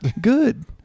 good